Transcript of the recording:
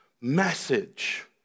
message